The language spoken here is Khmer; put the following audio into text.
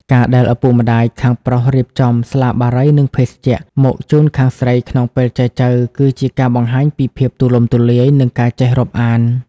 ការដែលឪពុកម្ដាយខាងប្រុសរៀបចំ "ស្លាបារី និងភេសជ្ជៈ" មកជូនខាងស្រីក្នុងពេលចែចូវ គឺជាការបង្ហាញពីភាពទូលំទូលាយ និងការចេះរាប់អាន។